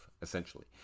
Essentially